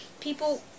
people